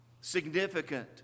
significant